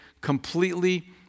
completely